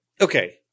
Okay